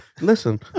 Listen